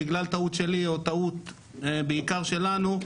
בגלל טעות שלי או טעות שהיא בעיקר שלנו,